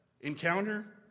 encounter